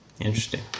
Interesting